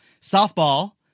softball